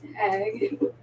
egg